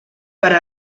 per